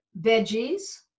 veggies